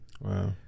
Wow